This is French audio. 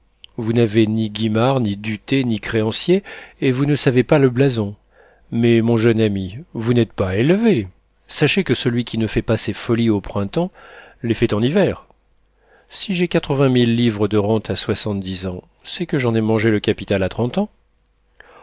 vous n'avez ni guimard ni duthé ni créanciers et vous ne savez pas le blason mais mon jeune ami vous n'êtes pas élevé sachez que celui qui ne fait pas ses folies au printemps les fait en hiver si j'ai quatre-vingt mille livres de rente à soixante-dix ans c'est que j'en ai mangé le capital à trente ans